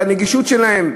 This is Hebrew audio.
בנגישות שלהם.